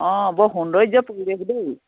অঁ বৰ সৌন্দৰ্য্য়ৰ পৰিৱেশ দেই